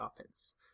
offense